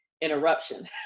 interruption